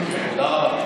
תודה רבה.